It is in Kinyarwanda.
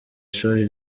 ishuri